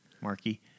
Marky